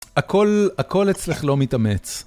הכל אצלך לא מתאמץ.